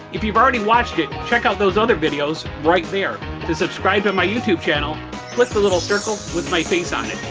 if you've already watched, it check out those other videos right. there to subscribe to my youtube channel click the little circle with my face on it.